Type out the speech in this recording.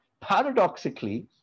paradoxically